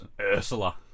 Ursula